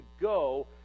go